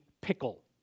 pickle